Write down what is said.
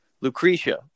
Lucretia